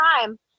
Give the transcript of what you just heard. time